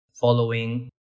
following